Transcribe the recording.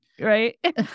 right